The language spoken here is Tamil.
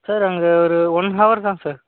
சார் அங்கே ஒரு ஒன் ஹவர் தான் சார்